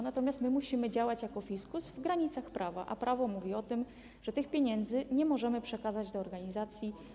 Natomiast musimy działać jako fiskus w granicach prawa, a prawo mówi o tym, że tych pieniędzy nie możemy przekazać organizacji.